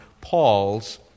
Paul's